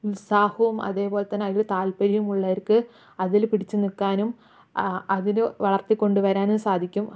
ഉത്സാഹവും അതേപോലെതന്നെ അതില് താൽപര്യവും ഉള്ളവർക്ക് അതില് പിടിച്ചു നിൽക്കാനും അതിനെ വളർത്തിക്കൊണ്ടു വരാനും സാധിക്കും